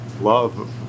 love